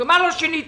מה לא שיניתם?